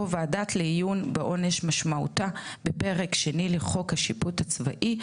או ועדה לעיון בעונש כמשמעותה בפרק שני לחוק השיפוט הצבאי,